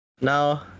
Now